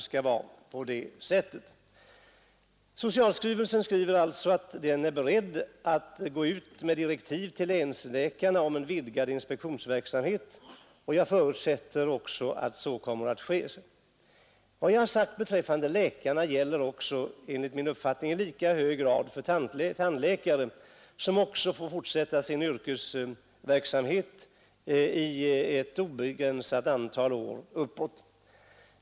Socialstyrelsen skriver att den är beredd att gå ut med direktiv till länsläkarna om en vidgad inspektionsverksamhet, och jag förutsätter att så kommer att ske. Vad jag sagt om läkarna gäller enligt min uppfattning också i lika hög grad för tandläkare, som också får fortsätta sin yrkesverksamhet i ett obegränsat antal år.